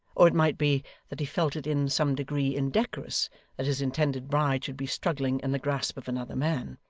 or it might be that he felt it in some degree indecorous that his intended bride should be struggling in the grasp of another man.